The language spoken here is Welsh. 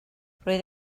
roedd